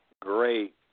great